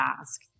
ask